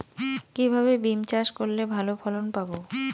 কিভাবে বিম চাষ করলে ভালো ফলন পাব?